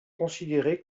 considéré